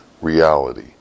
reality